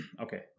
Okay